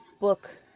book